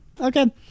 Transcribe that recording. okay